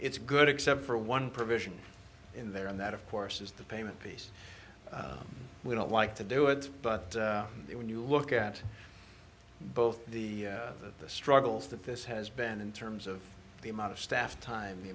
it's good except for one provision in there and that of course is the payment piece we don't like to do it but when you look at both the struggles that this has been in terms of the amount of staff time the